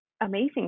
amazing